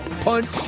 punch